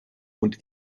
und